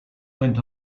went